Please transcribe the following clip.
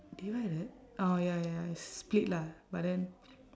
divided orh ya ya it's split lah but then